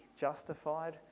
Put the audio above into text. justified